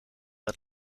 het